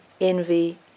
envy